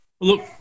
Look